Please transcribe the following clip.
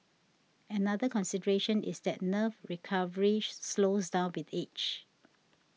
another consideration is that nerve recovery slows down with age